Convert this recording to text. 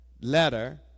letter